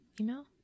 Email